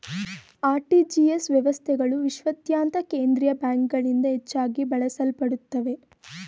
RTGS ವ್ಯವಸ್ಥೆಗಳು ವಿಶ್ವಾದ್ಯಂತ ಕೇಂದ್ರೀಯ ಬ್ಯಾಂಕ್ಗಳಿಂದ ಹೆಚ್ಚಾಗಿ ಬಳಸಲ್ಪಡುತ್ತವೆ